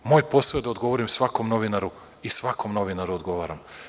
Moj posao je da odgovorim svakom novinaru i svakom novinaru odgovaram.